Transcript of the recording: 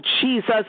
Jesus